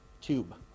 tube